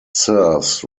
serves